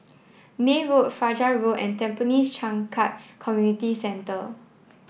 May Road Fajar Road and Tampines Changkat Community Centre